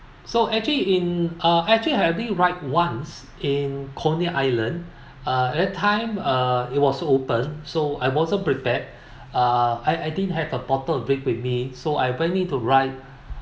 so actually in uh actually I already ride once in coney island uh at that time uh it was open so I wasn't prepared uh I I didn't have a bottle to bring with me so I went in to ride